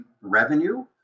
revenue